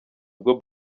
ubwo